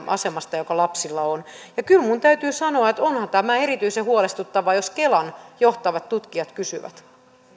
asemasta joka lapsilla on ja kyllä minun täytyy sanoa että onhan tämä erityisen huolestuttavaa jos kelan johtavat tutkijat kysyvät